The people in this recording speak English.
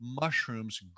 mushrooms